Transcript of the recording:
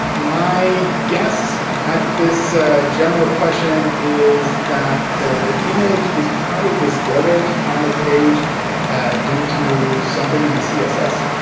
my guess at this general question is that the the image is probably distorted on the page due to something in the css.